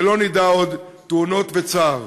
שלא נדע עוד תאונות וצער.